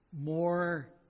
more